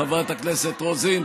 חברת הכנסת רוזין,